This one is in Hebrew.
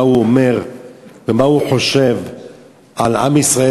מה הוא אומר ומה הוא חושב על עם ישראל